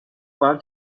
باهم